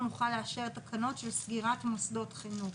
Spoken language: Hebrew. נוכל לאשר את התקנות של סגירת מוסדות חינוך.